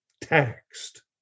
taxed